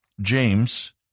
James